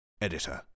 Editor